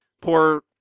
poor